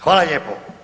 Hvala lijepo.